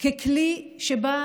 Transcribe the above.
ככלי שבא